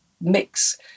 mix